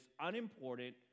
unimportant